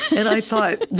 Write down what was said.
and i thought,